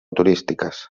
turístiques